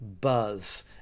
buzz